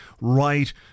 right